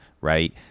right